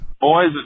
Boys